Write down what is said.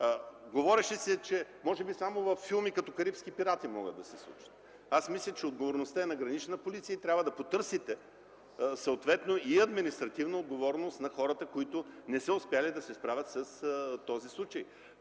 Говореше се, че може би само във филми като „Карибски пирати” могат да се случат такива неща. Аз мисля, че отговорността е на Гранична полиция и трябва да потърсите съответно и административна отговорност на хората, които не са успели да се справят с този случай.